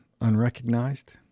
unrecognized